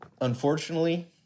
unfortunately